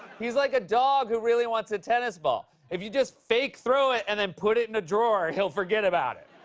he's like a dog who really wants a tennis ball. if you just fake throw it and then put it in a drawer, he'll forget about it.